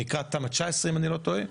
נקרא תמ"א 19 אם אני לא טועה,